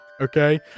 okay